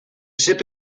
ship